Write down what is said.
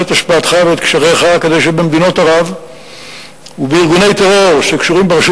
הפעל את השפעתך ואת קשריך כדי שבמדינות ערב ובארגוני טרור שקשורים לרשות